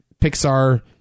Pixar